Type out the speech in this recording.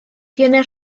tiene